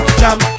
jump